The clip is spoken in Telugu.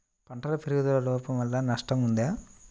పంటల పెరుగుదల లోపం వలన నష్టము ఉంటుందా?